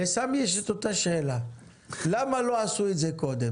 לסמי יש תמיד את אותה השאלה: למה לא עשו את זה קודם?